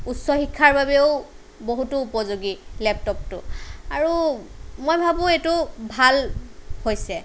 উচ্চশিক্ষাৰ বাবেও বহুতো উপযোগী লেপটপটো আৰু মই ভাবোঁ এইটো ভাল হৈছে